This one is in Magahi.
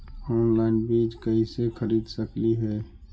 ऑनलाइन बीज कईसे खरीद सकली हे?